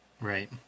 Right